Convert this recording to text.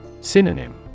Synonym